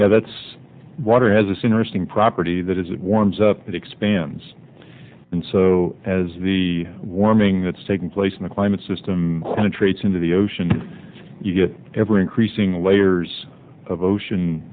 know that's water has this interesting property that is it warms up it expands and so as the warming that's taking place in the climate system and treats into the ocean you get ever increasing layers of ocean